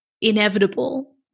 inevitable